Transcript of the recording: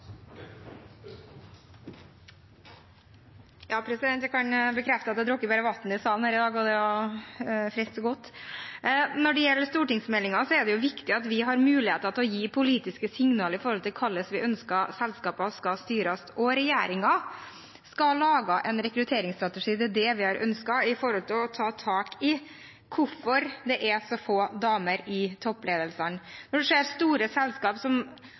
Jeg kan bekrefte at jeg har drukket bare vann her i salen i dag, og det var friskt og godt. Når det gjelder stortingsmeldingen, er det viktig at vi har mulighet til å gi politiske signaler om hvordan vi ønsker at selskaper skal styres. Regjeringen skal lage en rekrutteringsstrategi, og det er det vi har ønsket oss for å ta tak i hvorfor det er så få damer i toppledelsene. Når man ser store selskaper som